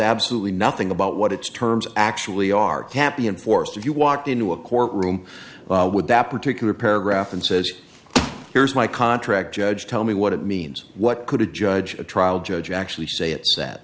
absolutely nothing about what its terms actually are happy and forced if you walked into a courtroom with that particular paragraph and says here's my contract judge tell me what it means what could a judge a trial judge actually say